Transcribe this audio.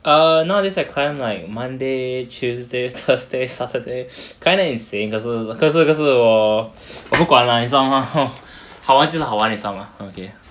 err nowadays I climb like monday tuesday thursday saturday kinda insane 可是可是可是我我不管 lah 你知道吗 好玩就是好玩你知道吗 okay